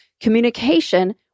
communication